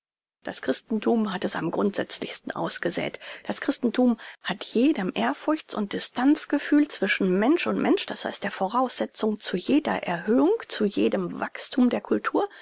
das christentum hat es am grundsätzlichsten ausgesät das christenthum hat jedem ehrfurchts und distanz gefühl zwischen mensch und mensch das heißt der voraussetzung zu jeder erhöhung zu jedem wachsthum der cultur